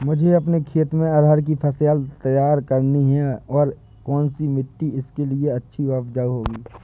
मुझे अपने खेत में अरहर की फसल तैयार करनी है और कौन सी मिट्टी इसके लिए अच्छी व उपजाऊ होगी?